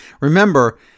Remember